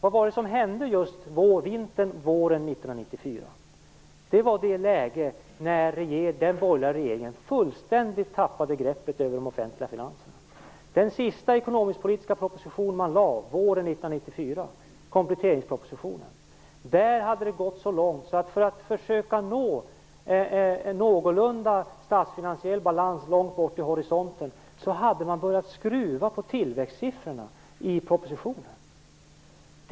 Vad var det som hände vintern-våren 1994? Det var då som den borgerliga regeringen fullständigt tappade greppet över de offentliga finanserna. Vid den sista ekonomisk-politiska proposition som man lade fram våren 1994, kompletteringspropositionen, hade det gått så långt så att för att försöka nå en någorlunda statsfinansiell balans borta vid horisonten hade man börjat att "skruva" på tillväxtssiffrorna i propositionen.